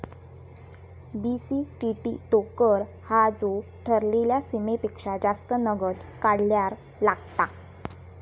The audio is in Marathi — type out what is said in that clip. बी.सी.टी.टी तो कर हा जो ठरलेल्या सीमेपेक्षा जास्त नगद काढल्यार लागता